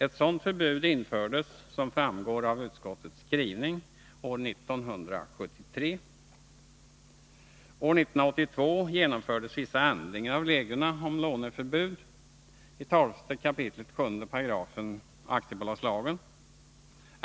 Ett sådant förbud infördes, som framgår av utskottets skrivning, år 1973. År 1982 genomfördes vissa ändringar av reglerna om låneförbud i 12 kap. 7§ aktiebolagslagen.